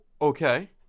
Okay